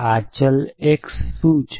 આ ચલ x શું છે